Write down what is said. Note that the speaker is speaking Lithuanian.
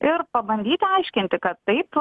ir pabandyti aiškinti kad taip